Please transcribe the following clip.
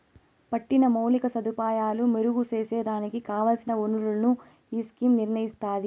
పట్టిన మౌలిక సదుపాయాలు మెరుగు సేసేదానికి కావల్సిన ఒనరులను ఈ స్కీమ్ నిర్నయిస్తాది